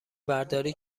برداری